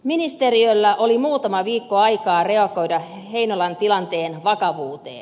ministeriöllä oli muutama viikko aikaa reagoida heinolan tilanteen vakavuuteen